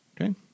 Okay